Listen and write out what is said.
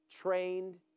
trained